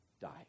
die